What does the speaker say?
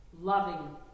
loving